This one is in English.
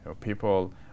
People